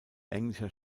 englischer